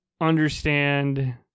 understand